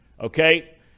okay